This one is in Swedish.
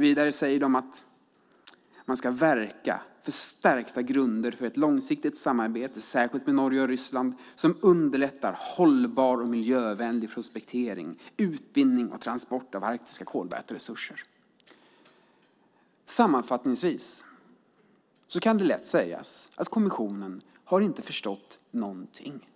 Vidare säger kommissionen att man ska verka för stärkta grunder för ett långsiktigt samarbete, särskilt med Norge och Ryssland, som underlättar hållbar och miljövänlig prospektering, utvinning och transport av arktiska kolväteresurser. Sammanfattningsvis kan det lätt sägas att kommissionen inte har förstått någonting.